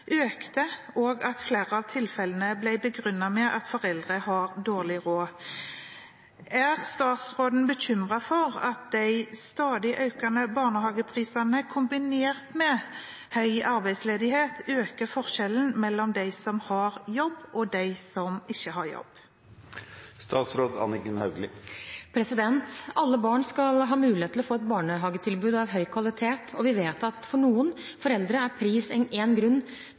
økte og at flere av tilfellene ble begrunnet med at foreldrene har dårlig råd. Er statsråden bekymret for at de stadig økende barnehageprisene kombinert med høy arbeidsledighet øker forskjellene mellom dem som har jobb og ikke?» Alle barn skal ha mulighet til å få et barnehagetilbud av høy kvalitet, og vi vet at for noen foreldre er pris en grunn til at de velger ikke å ha barna sine i barnehage. Derfor har denne regjeringen gjennomført en